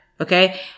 okay